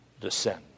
descend